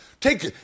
Take